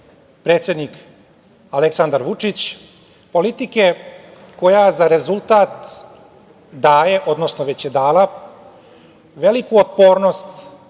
predsednik Aleksandar Vučić, politike koja za rezultat daje, odnosno već je dala veliku otpornost